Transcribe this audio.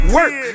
Work